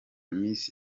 miss